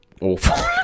awful